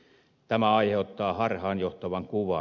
tämä aiheuttaa harhaanjohtavan kuvan